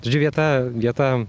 žodžiu vieta vieta